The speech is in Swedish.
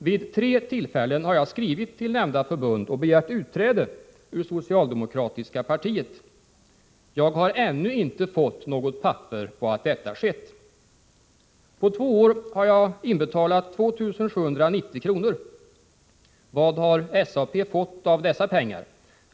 Vid tre tillfällen har jag skrivit till nämnda förbund och begärt utträde ur socialdemoktatiska partiet. Jag har ännu inte fått något papper på att detta skett. På två år har jag inbetalat 2 790 kr. Vad har SAP fått av dessa pengar?